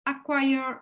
acquire